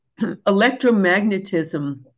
electromagnetism